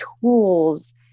tools